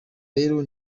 rero